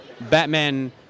Batman